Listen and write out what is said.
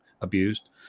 abused